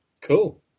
cool